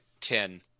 Ten